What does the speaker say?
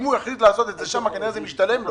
אם הוא יחליט לעשות את זה שם זה כנראה משתלם לו.